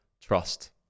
trust